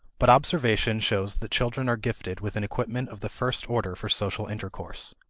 but observation shows that children are gifted with an equipment of the first order for social intercourse.